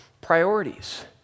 priorities